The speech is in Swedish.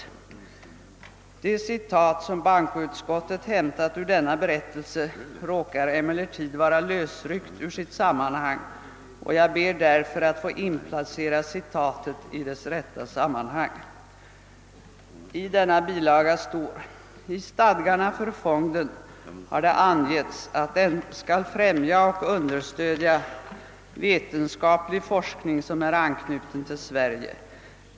Det citat som bankoutskottet hämtat ur denna berättelse råkar emellertid vara lösryckt ur sitt sammanhang, och jag ber därför att få inplacera citatet i dess rätta sammanhang. I denna bilaga står: »I stadgarna för fonden har det angetts att den skall främja och understödja vetenskaplig forskning som är anknuten till Sverige.